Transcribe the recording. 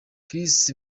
chris